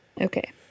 Okay